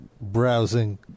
browsing